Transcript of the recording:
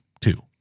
two